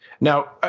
Now